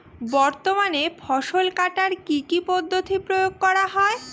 বর্তমানে ফসল কাটার কি কি পদ্ধতি প্রয়োগ করা হয়?